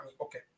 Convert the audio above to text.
Okay